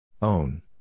Own